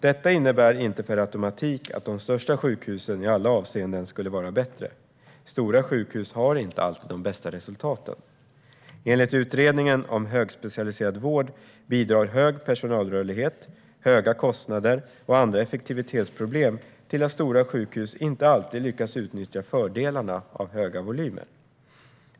Detta innebär inte per automatik att de största sjukhusen i alla avseenden skulle vara bättre - stora sjukhus har inte alltid de bästa resultaten. Enligt Utredningen om högspecialiserad vård bidrar hög personalrörlighet, höga kostnader och andra effektivitetsproblem till att stora sjukhus inte alltid lyckas utnyttja fördelarna av höga volymer.